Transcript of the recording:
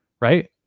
Right